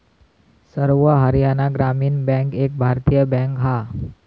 सर्व हरयाणा ग्रामीण बॅन्क एक भारतीय बॅन्क हा